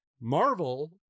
Marvel